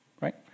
right